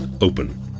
open